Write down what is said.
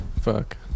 Fuck